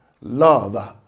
Love